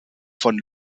von